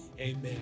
amen